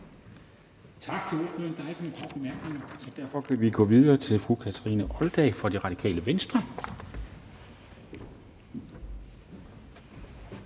Tak til ordføreren. Der er ikke nogen korte bemærkninger, så derfor kan vi gå videre til fru Kathrine Olldag fra Det Radikale Venstre.